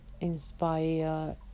inspire